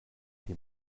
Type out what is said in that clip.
die